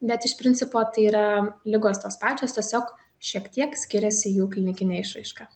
bet iš principo tai yra ligos tos pačios tiesiog šiek tiek skiriasi jų klinikinė išraiška